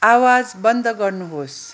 आवाज बन्द गर्नुहोस्